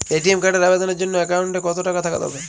ATM কার্ডের আবেদনের জন্য অ্যাকাউন্টে কতো টাকা থাকা দরকার?